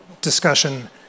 discussion